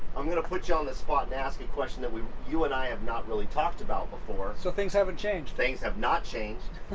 i'm gonna put you on the spot to ask a question that we. you and i have not really talked about before. so things haven't changed. things have not changed.